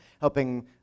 helping